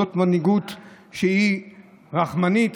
זאת מנהיגות שהיא רחמנית?